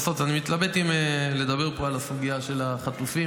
אני מתלבט אם לדבר פה על הסוגיה של החטופים.